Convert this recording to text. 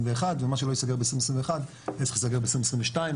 ומה שלא ייסגר ב-2021 יצטרך להסגר ב-2022,